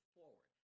forward